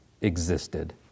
existed